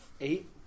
Eight